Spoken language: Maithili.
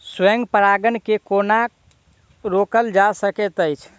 स्व परागण केँ कोना रोकल जा सकैत अछि?